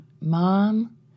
Mom